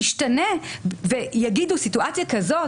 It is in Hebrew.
תשתנה ויגידו סיטואציה כזאת,